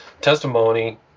testimony